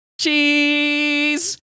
cheese